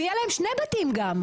ויהיה להם שני בתים גם,